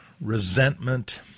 resentment